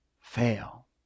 fail